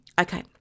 Okay